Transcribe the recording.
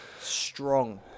Strong